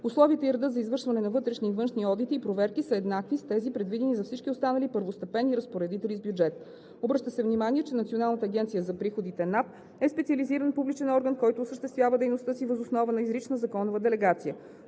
Условията и редът за извършване на вътрешни и външни одити и проверки са еднакви с тези, предвидени за всички останали първостепенни разпоредители с бюджет. Обръща се внимание, че Националната агенция за приходите е специализиран публичен орган, който осъществява дейността си въз основа на изрична законова делегация.